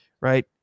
right